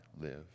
live